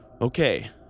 Okay